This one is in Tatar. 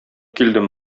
килдем